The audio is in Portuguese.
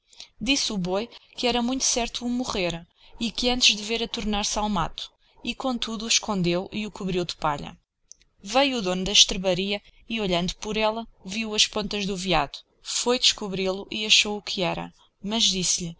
disse o boi que era muito certo o morrer e que antes devera tornar-se ao mato e com tudo o escondeo e o cobrio de palha veio o dono da estrebaria e olhando por ella vio as pontas do veado foi descobrilo e achou o que era mas disse-lhe